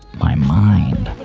my mind.